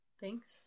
thanks